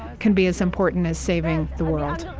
can be as important as saving the world